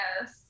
yes